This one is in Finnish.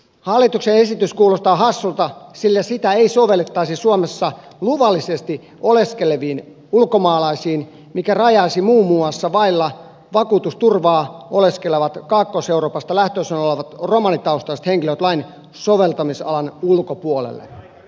hallituksen esitys kuulostaa hassulta sillä sitä ei sovellettaisi suomessa luvallisesti oleskeleviin ulkomaalaisiin mikä rajaisi muun muassa vailla vakuutusturvaa oleskelevat kaakkois euroopasta lähtöisin olevat romanitaustaiset henkilöt lain soveltamisalan ulkopuolelle